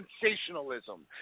sensationalism